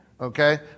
Okay